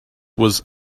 was